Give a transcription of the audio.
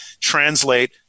translate